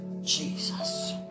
Jesus